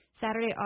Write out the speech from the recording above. Saturday